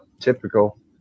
typical